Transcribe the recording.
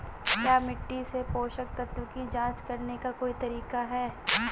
क्या मिट्टी से पोषक तत्व की जांच करने का कोई तरीका है?